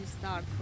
start